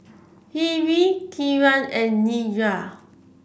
Hri Kiran and Niraj